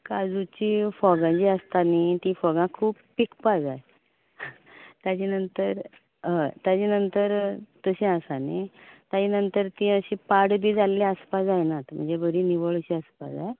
काजुचीं फोगां जीं आसता न्ही तीं फोगां खूब पिकपा जाय ताज्या नंतर हय ताज्या नंतर तशीं आसा न्ही ताज्या नंतर तीं अशीं पाड बी जाल्लीं आसपाक जायनात म्हणजे बरी निवळ अशीं आसपा जाय हां